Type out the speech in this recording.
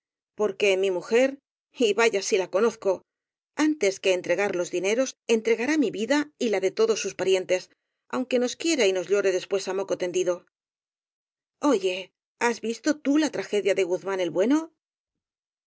porque mi mujer y vaya si la conozco antes que entregar los dineros entregará mi vida y la de todos sus parientes aun que nos quiera y nos llore después á moco tendi do oye has visto tú la tragedia de ouzmán el bueno